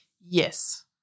yes